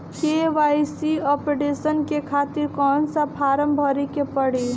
KYC updation के खातिर कौन सा फारम भरे के पड़ी?